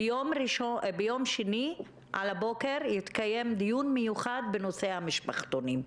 ביום שני על הבוקר יתקיים דיון מיוחד בנושא המשפחתונים,